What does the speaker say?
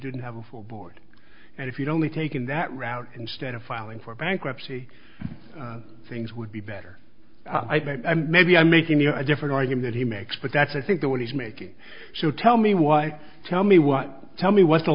didn't have a full board and if you'd only taken that route instead of filing for bankruptcy things would be better maybe i'm making the different argument he makes but that's i think the one he's making so tell me what tell me what tell me what the